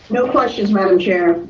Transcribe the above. no questions, madam chair.